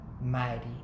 mighty